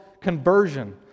conversion